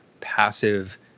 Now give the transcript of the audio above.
passive